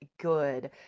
good